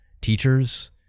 Teachers